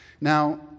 Now